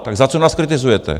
Tak za co nás kritizujete?